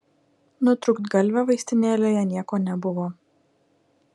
nutrūktgalvio vaistinėlėje nieko nebuvo